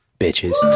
Bitches